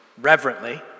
reverently